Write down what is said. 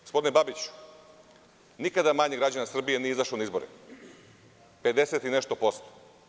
Gospodine Babiću, nikada manje građana Srbije nije izašlo na izbore, pedeset i nešto posto.